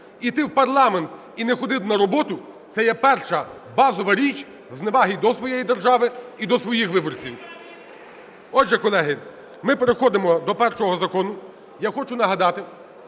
Іти в парламент і не ходити на роботу – це є перша базова річ зневаги до своєї держави і до своїх виборців. Отже, колеги, ми переходимо до першого закону. Я хочу нагадати,